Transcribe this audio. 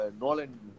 Nolan